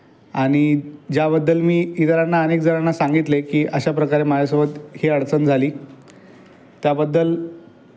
आणि ज्याबद्दल मी इतरांना अनेक जणांना सांगितलं आहे की अशा प्रकारे माझ्यासोबत ही अडचण झाली त्याबद्दल